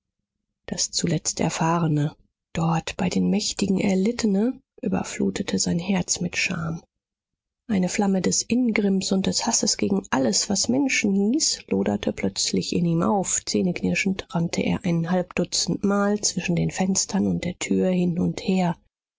das zuletzt erfahrene dort bei den mächtigen erlittene überflutete sein herz mit scham eine flamme des ingrimms und des hasses gegen alles was menschen hieß loderte plötzlich in ihm auf zähneknirschend rannte er ein halbdutzendmal zwischen den fenstern und der tür hin und her